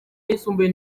ayisumbuye